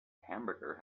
hamburger